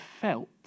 felt